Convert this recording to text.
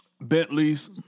Bentley's